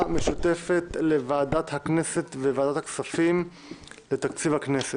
המשותפת לוועדת הכנסת ולוועדת הכספים לתקציב הכנסת.